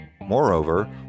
Moreover